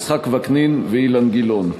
יצחק וקנין ואילן גילאון.